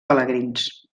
pelegrins